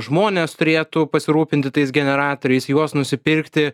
žmonės turėtų pasirūpinti tais generatoriais juos nusipirkti